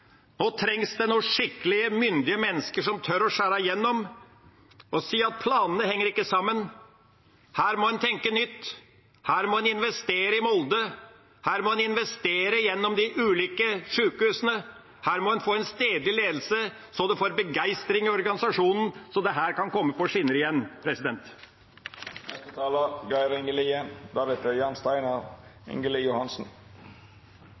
Nå trengs noen skikkelig myndige mennesker som tør å skjære gjennom og si at planene ikke henger sammen. Her må man tenke nytt. Man må investere i Molde. Man må investere gjennom de ulike sjukehusene. Man må få en stedlig ledelse, slik at man får begeistring i organisasjonen og dette kan komme på skinner igjen.